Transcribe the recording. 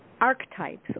archetypes